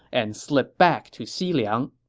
and slip back to xiliang.